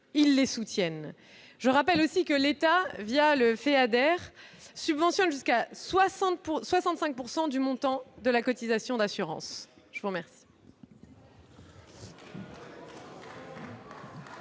ils les soutiennent. Je rappelle aussi que l'État, le FEADER, subventionne jusqu'à 65 % du montant de la cotisation d'assurance. Ce n'est